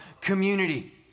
community